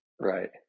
Right